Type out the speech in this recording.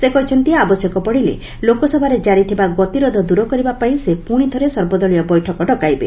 ସେ କହିଚନ୍ତି ଆବଶ୍ୟକ ପଡ଼ିଲେ ଲୋକସଭାରେ ଜାରିଥିବା ଗତିରୋଧ ଦୂର କରିବାପାଇଁ ସେ ପୁଣି ଥରେ ସର୍ବଦଳୀୟ ବୈଠକ ଡକାଇବେ